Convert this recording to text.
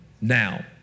Now